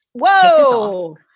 Whoa